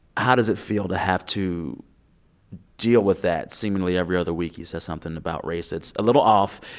how does it feel to have to deal with that? seemingly every other week, he says something about race. it's a little off.